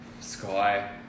Sky